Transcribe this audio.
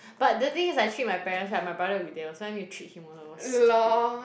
but the thing is I treat my parents right my brother will be there so I need to treat him also stupid